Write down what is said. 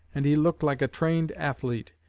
and he looked like a trained athlete,